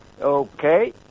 Okay